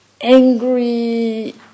angry